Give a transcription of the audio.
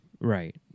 Right